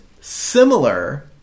similar